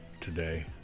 today